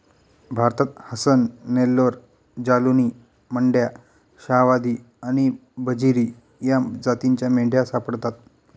भारतात हसन, नेल्लोर, जालौनी, मंड्या, शाहवादी आणि बजीरी या जातींच्या मेंढ्या सापडतात